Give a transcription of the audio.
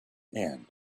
and